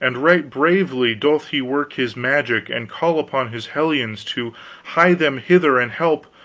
and right bravely doth he work his magic and call upon his hellions to hie them hither and help,